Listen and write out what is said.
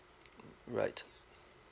right